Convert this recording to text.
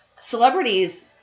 celebrities